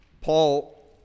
Paul